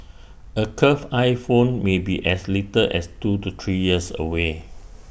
A curved iPhone may be as little as two to three years away